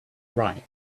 write